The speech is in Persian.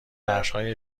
بخشهای